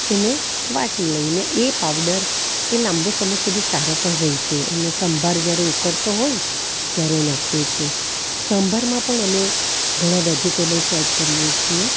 એને વાટી લઇને એ પાવડર એ લાંબો સમય સુધી સારો પણ રહે છે અને સંભાર જ્યારે ઉકળતો હોય ત્યારે એ નાખીએ છીએ સંભારમાં પણ અમે ઘણા વેજિટેબલ્સ એડ કરીએ છીએ